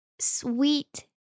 sweet